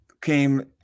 came